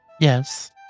Yes